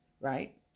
right